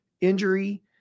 injury